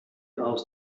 aus